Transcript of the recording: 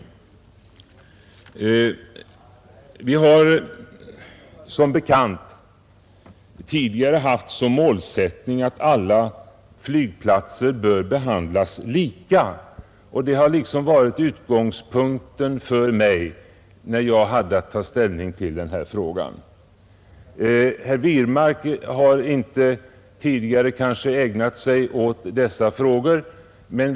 Tidigare har vi som bekant haft den målsättningen att alla flygplatser bör behandlas lika. Detta har också varit utgångspunkten för mig, när jag haft att ta ställning till denna fråga. Herr Wirmark har kanske inte tidigare ägnat sig åt frågor av detta slag.